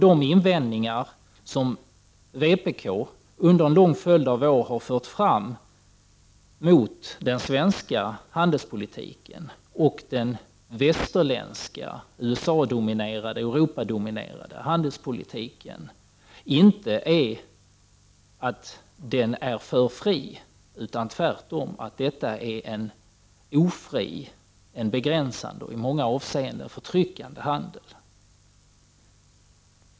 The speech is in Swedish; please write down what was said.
De invändningar som vpk under en lång följd av år har fört fram mot den svenska handelspolitiken och den västerländska handeln, dvs. den USA och Europadominerade handelspolitiken, är att den inte är för fri utan tvärtom att den är en ofri, begränsande och i många avseenden förtryckande handel.